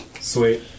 Sweet